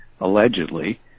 allegedly